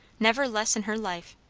never less in her life.